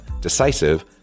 decisive